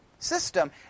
System